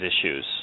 issues